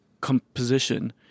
composition